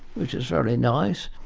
which is very nice.